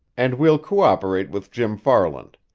and we'll cooperate with jim farland.